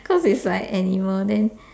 cause is like animal then